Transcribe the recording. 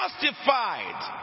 justified